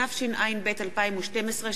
התשע"ב 2012,